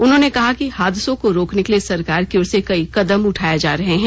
उन्होंने कहा कि हादसों को रोकने के लिए सरकार की ओर से कई कदम उठाये जा रहे हैं